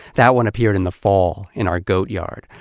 that one appeared in the fall, in our goat yard,